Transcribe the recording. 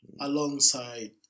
alongside